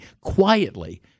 quietly